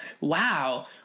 wow